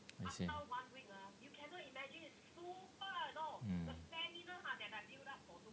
I see mm